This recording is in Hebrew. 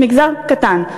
מגזר קטן.